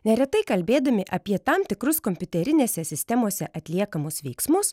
neretai kalbėdami apie tam tikrus kompiuterinėse sistemose atliekamus veiksmus